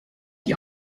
die